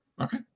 Okay